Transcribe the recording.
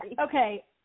Okay